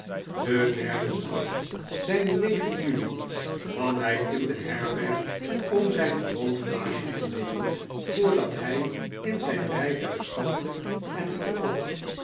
den derden dag zijnde juli kwam hij in de herberg om zijn gewoon glaasje te nemen voordat hij in zijn rijtuig stapte en vertrok